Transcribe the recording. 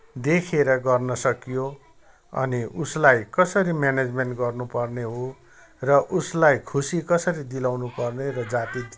देखेर गर्न सकियो अनि उसलाई कसरी म्यानेजमेन्ट गर्नपर्ने हो र उसलाई खुसी कसरी दिलाउन पर्ने र जाति